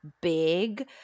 big